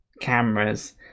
cameras